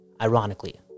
ironically